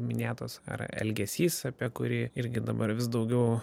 minėtas ar elgesys apie kurį irgi dabar vis daugiau